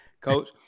Coach